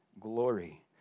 glory